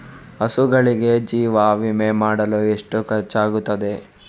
ಹಸುಗಳಿಗೆ ಜೀವ ವಿಮೆ ಮಾಡಲು ಎಷ್ಟು ಖರ್ಚಾಗುತ್ತದೆ?